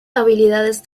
habilidades